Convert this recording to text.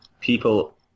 people